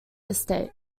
estate